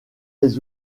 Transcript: les